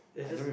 is just